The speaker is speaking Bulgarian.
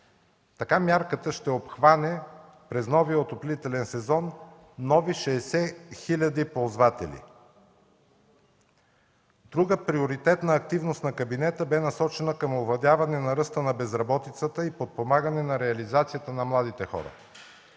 Така мярката ще обхване през новия отоплителен сезон нови 60 хиляди ползватели. Друга приоритетна активност на кабинета бе насочена към овладяване на ръста на безработицата и подпомагане на реализацията на младите хора.